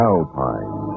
Alpine